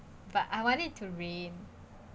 but I want it to rain